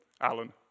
Alan